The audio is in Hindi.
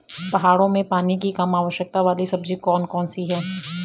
पहाड़ों में पानी की कम आवश्यकता वाली सब्जी कौन कौन सी हैं?